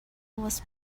was